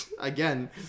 again